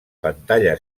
pantalla